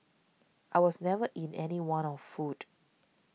I was never in any want of food